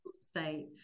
state